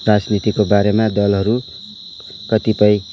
राजनीतिको बारेमा दलहरू कतिपय